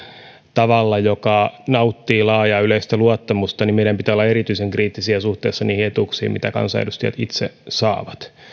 tavalla joka nauttii laajaa yleistä luottamusta niin meidän pitää olla erityisen kriittisiä suhteessa niihin etuuksiin mitä kansanedustajat itse saavat